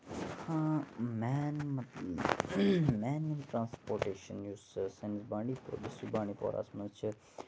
ہاں مین مین یُس ٹرانَسپوٹیشَن یُس سٲنِس بَنڈی پور ڈِسٹرک بَانڈی پوراہَس منٛز چھُ